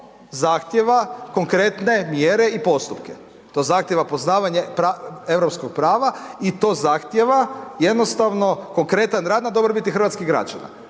zahtjeva konkretne mjere i postupke, to zahtjeva poznavanje europskog prava i to zahtjeva jednostavno konkretan rad na dobrobiti hrvatskih građana,